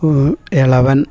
ഇളവൻ